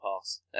pass